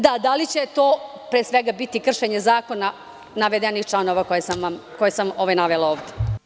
Da li će to pre svega biti kršenje zakona navedenih članova koje sam navela ovde?